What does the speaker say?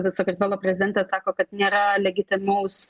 sakartvelo prezidentė sako kad nėra legitimaus